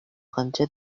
канча